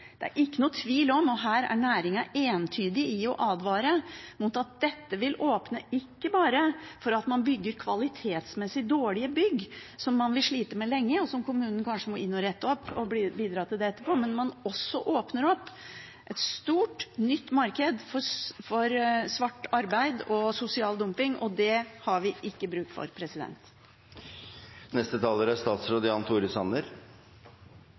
Det er ikke noen tvil om – og næringen er entydig i å advare mot det – at dette ikke bare vil åpne for at man bygger kvalitetsmessig dårlige bygg, som man vil slite med lenge, og som kommunen kanskje må inn å bidra til å rette opp, men vil også åpne opp et stort, nytt marked for svart arbeid og sosial dumping, og det har vi ikke bruk for.